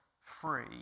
free